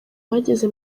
bageze